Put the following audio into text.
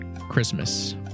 Christmas